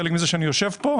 חלק מזה שאני יושב פה,